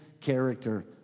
character